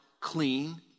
clean